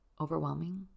Overwhelming